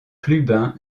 clubin